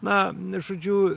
na žodžiu